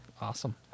Awesome